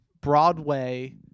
Broadway